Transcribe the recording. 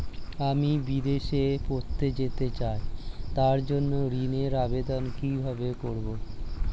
আমি বিদেশে পড়তে যেতে চাই তার জন্য ঋণের আবেদন কিভাবে করব?